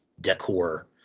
decor